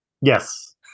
Yes